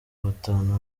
batanu